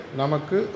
Namaku